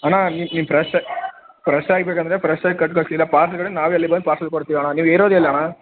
ಅಣ್ಣ ನಿಮ್ಮ ಪ್ರೆಶ್ಶ ಫ್ರೆಶ್ಶಾಗಿ ಬೇಕಂದರೆ ಫ್ರೆಶಾಗಿ ಕೊಟ್ ಕಳಿಸಿ ಇಲ್ಲ ಪಾರ್ಸಲ್ ಕೇಳಿದ್ರೆ ನಾವೇ ಅಲ್ಲಿಗೆ ಬಂದು ಪಾರ್ಸಲ್ ಕೊಡ್ತೀವಿ ಅಣ್ಣ ನೀವು ಇರೋದೆಲ್ಲಿ ಅಣ್ಣ